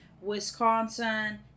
Wisconsin